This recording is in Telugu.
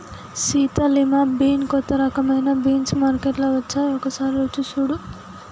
సీత లిమా బీన్ కొత్త రకమైన బీన్స్ మార్కేట్లో వచ్చాయి ఒకసారి రుచి సుడు